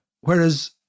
Whereas